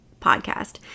podcast